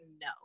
no